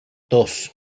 dos